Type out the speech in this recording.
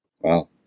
Wow